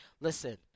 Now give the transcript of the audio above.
listen